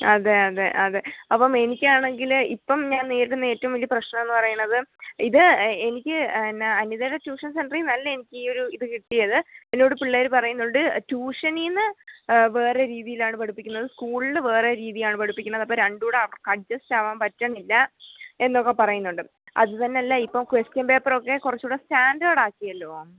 അതെ അതെ അതെ അപ്പം എനിക്കാണെങ്കിൽ ഇപ്പം ഞാൻ നേരിടുന്ന ഏറ്റോം വലിയ പ്രശ്നം എന്ന് പറയണത് ഇത് എനിക്ക് എന്നാ അനിതയുടെ ട്യൂഷൻ സെൻ്ററീന്നല്ല എനിക്കീ ഒരു ഇത് കിട്ടിയത് എന്നോട് പിള്ളേർ പറയുന്നുണ്ട് ട്യൂഷനീന്ന് വേറേ രീതീലാണ് പഠിപ്പിക്കുന്നത് സ്കൂൾള്ല് വേറെ രീതിയാണ് പഠിപ്പിക്കണത് അപ്പം രണ്ടും കൂടവർക്കഡ്ജസ്റ്റാവാൻ പറ്റുന്നില്ല എന്നൊക്കെ പറയുന്നുണ്ട് അത് തന്നല്ല ഇപ്പം ക്വസ്റ്റ്യൻ പേപ്പറൊക്കെ കുറച്ചൂടെ സ്റ്റാൻറ്റേടാക്ക്യല്ലോ